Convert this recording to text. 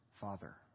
father